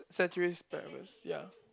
ceteris paribus ya